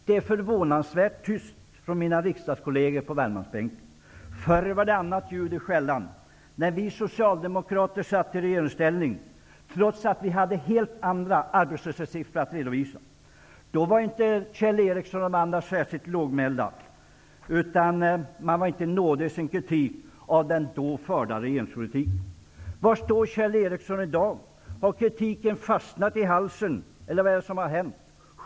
Det är förvånansvärt tyst från mina riksdagskolleger på Värmlandsbänken. Förr var det annat ljud i skällan, när vi socialdemokrater satt i regeringsställning. Trots att vi hade helt andra arbetslöshetssiffror att redovisa var inte Kjell Ericsson och de andra särskilt lågmälda. Man var inte nådig i sin kritik av den då förda regeringspolitiken. Var står Kjell Ericsson i dag? Har kritiken fastnat i halsen, eller vad är det som har hänt?